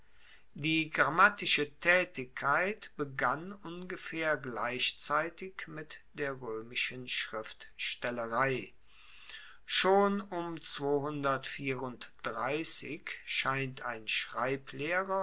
die grammatische taetigkeit begann ungefaehr gleichzeitig mit der roemischen schriftstellerei schon um scheint ein schreiblehrer